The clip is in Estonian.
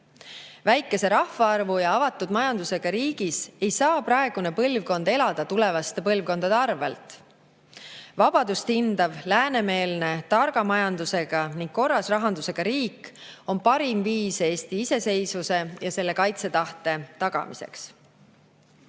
Väikese rahvaarvu ja avatud majandusega riigis ei saa praegune põlvkond elada tulevaste põlvkondade arvelt. Vabadust hindav, läänemeelne, targa majandusega ning korras rahandusega riik on parim viis Eesti iseseisvuse ja selle kaitsetahte tagamiseks.